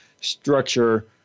structure